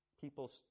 people